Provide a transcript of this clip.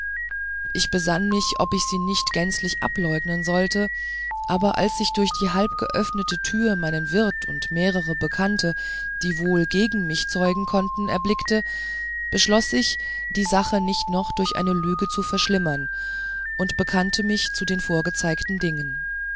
ich besann mich ob ich sie nicht gänzlich ableugnen sollte aber als ich durch die halbgeöffnete türe meinen wirt und mehrere bekannte die wohl gegen mich zeugen konnten erblickte beschloß ich die sache nicht noch durch eine lüge zu verschlimmern und bekannte mich zu den vorgezeigten dingen